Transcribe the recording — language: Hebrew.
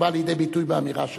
שבאה לידי ביטוי באמירה שלך.